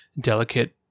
delicate